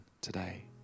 today